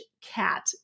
Cat